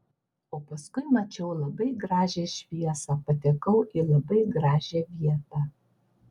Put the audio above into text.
o paskui mačiau labai gražią šviesą patekau į labai gražią vietą